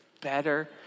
Better